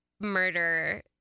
murder